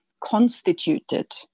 constituted